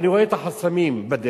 ואני רואה את החסמים בדרך,